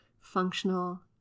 functional